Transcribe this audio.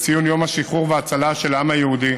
לציון יום השחרור וההצלה של העם היהודי,